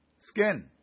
skin